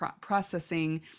processing